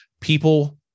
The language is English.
People